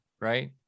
right